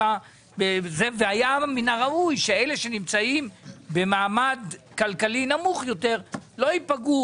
היה מן הראוי שאלה שנמצאים במעמד כלכלי נמוך יותר לא ייפגעו,